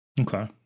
okay